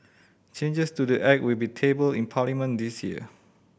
changes to the Act will be tabled in Parliament this year